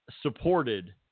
supported